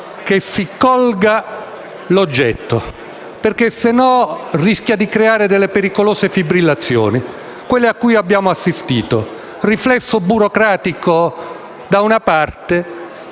che si colga l'oggetto, perché altrimenti rischia di creare pericolose fibrillazioni, come quelle a cui abbiamo assistito, con un riflesso burocratico da una parte